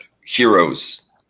heroes